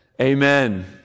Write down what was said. Amen